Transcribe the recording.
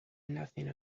nothing